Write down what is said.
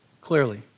clearly